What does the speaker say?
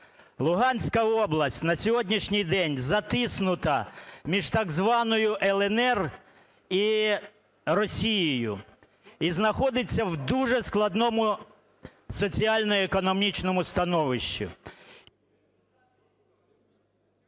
Луганська область на сьогоднішній день затиснута між так званою "ЛНР" і Росією і знаходиться в дуже складному соціально-економічному становищі.